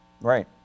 Right